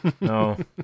No